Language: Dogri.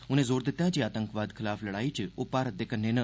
उनें जोर दित्ता ऐ जे आतंकवाद खलाफ लड़ाई च ओह भारत दे कन्नै न